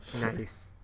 Nice